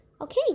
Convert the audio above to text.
Okay